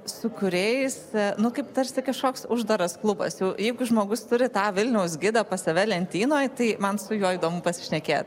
su kuriais nu kaip tarsi kažkoks uždaras klubas jau jeigu žmogus turi tą vilniaus gidą pas save lentynoj tai man su juo įdomu pasišnekėt